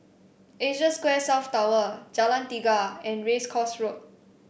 Asia Square South Tower Jalan Tiga and Race Course Road